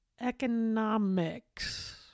economics